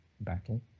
battle